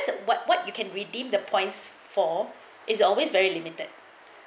what what you can redeem the points for is always very limited